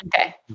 Okay